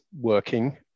working